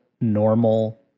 normal